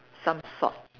some salt